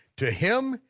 to him,